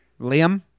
Liam